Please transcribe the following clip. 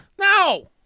No